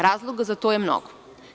Razloga za to je mnogo.